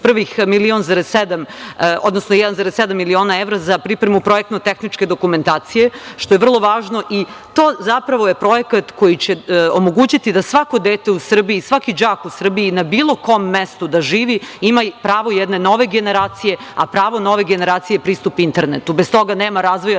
1,7 miliona evra za pripremu projektno tehničke dokumentacije, što je vrlo važno. To je zapravo projekat koji će omogućiti da svako dete u Srbiji, svaki đak u Srbiji na bilo kom mestu da živi ima pravo jedne nove generacije, a pravo nove generacije je pristup internetu. Bez toga nema razvoja